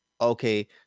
okay